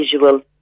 visual